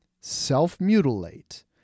self-mutilate